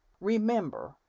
Remember